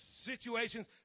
situations